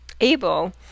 able